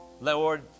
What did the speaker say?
Lord